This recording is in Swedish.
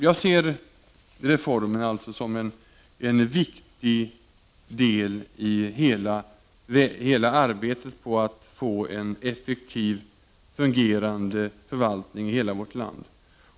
Jag ser alltså reformen som en viktig del i arbetet på att få en effektiv och väl fungerande förvaltning i hela vårt land.